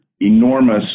enormous